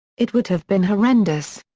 it would have been horrendous.